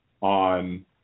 on